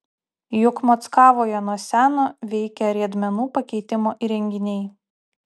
juk mockavoje nuo seno veikia riedmenų pakeitimo įrenginiai